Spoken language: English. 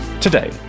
Today